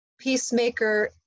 peacemaker